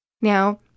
Now